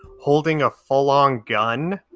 holding a full-on gun?